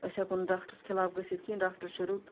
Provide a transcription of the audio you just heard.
أسۍ ہٮ۪کو نہٕ ڈاکٹرس خِلاف گٔژھتھ کِہیٖنۍ ڈاکٹر چھِ رُت